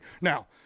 Now